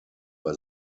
bei